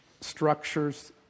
structures